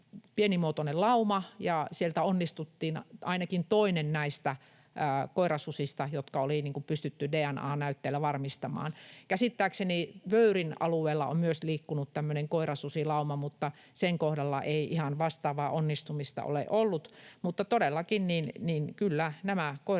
pienimuotoinen lauma, ja siellä onnistuttiin ainakin toinen näistä koirasusista dna-näytteillä varmistamaan. Käsittääkseni myös Vöyrin alueella on liikkunut tämmöinen koirasusilauma, mutta sen kohdalla ei ihan vastaavaa onnistumista ole ollut. Mutta todellakin, kyllä, nämä